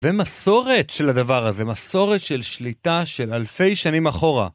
ומסורת של הדבר הזה, מסורת של שליטה של אלפי שנים אחורה.